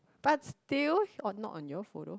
but still not on your photo